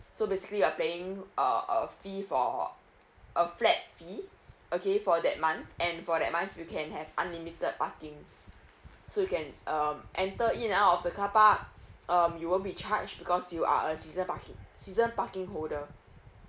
so basically you're paying uh a fee for a flat fee okay for that month and for that month you can have unlimited parking so you can um enter in and out of the carpark um you won't be charged because you are a season park season parking holder